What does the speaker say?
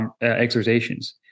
exhortations